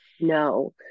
No